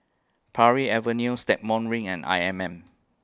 Parry Avenue Stagmont Ring and I M M